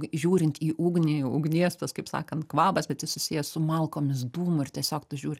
žiūrint į ugnį ugnies tas kaip sakant kvapas bet jis susijęs su malkomis dūmu ir tiesiog tu žiūri